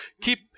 Keep